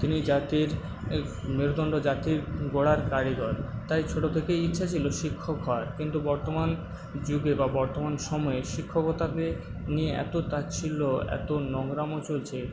তিনি জাতির মেরুদণ্ড জাতি গড়ার কারিগর তাই ছোট থেকেই ইচ্ছা ছিল শিক্ষক হওয়ার কিন্তু বর্তমান যুগে বা বর্তমান সময়ে শিক্ষকতাকে নিয়ে এত তাচ্ছিল্য এত নোংরামো চলছে